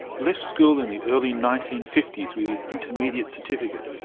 left school in the early nineteen fifty s with his intermediate certificate,